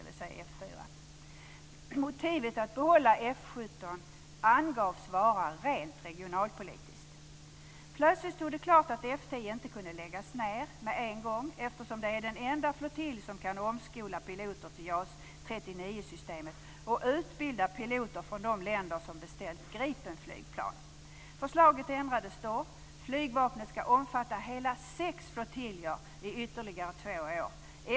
Motivet att behålla F 17 angavs vara rent regionalpolitiskt. Plötsligt stod det klart att F 10 inte kunde läggas ned med en gång, eftersom det är den enda flottilj som kan omskola piloter till JAS 39-systemet och utbilda piloter från de länder som beställt Gripenflygplan. Förslaget ändrades då. Flygvapnet ska omfatta hela sex flottiljer i ytterligare två år.